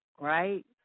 right